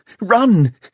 Run